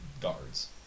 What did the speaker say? guards